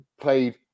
played